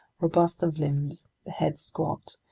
robust of limbs, the head squat,